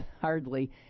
hardly